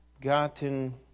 gotten